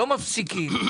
לא מפסיקים,